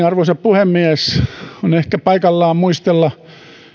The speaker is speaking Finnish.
arvoisa puhemies on ehkä paikallaan muistella